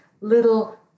little